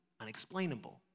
unexplainable